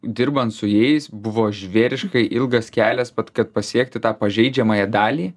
dirbant su jais buvo žvėriškai ilgas kelias vat kad pasiekti tą pažeidžiamąją dalį